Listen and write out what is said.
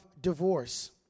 divorce